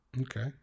Okay